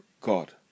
God